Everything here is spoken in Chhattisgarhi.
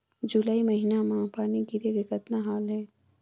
जुलाई महीना म पानी गिरे के कतना हाल हे?